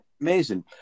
amazing